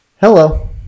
Hello